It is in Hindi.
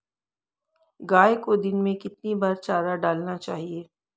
गाय को दिन में कितनी बार चारा डालना चाहिए?